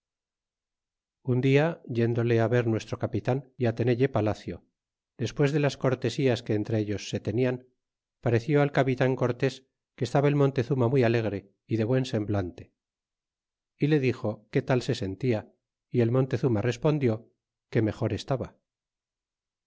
un dia yéndole á ver nuestro capitan y á tenelle palacio despues de las cortesías que entre ellos se tenian pareció al capi tan cortés l que estaba el montezuma muy alegre y de buen semblante y le dixo qué tal se sentia y el montezuma respondió que mejor estaba